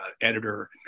editor